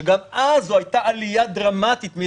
כשגם אז זו הייתה עלייה דרמטית,